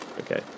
okay